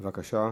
בבקשה.